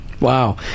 Wow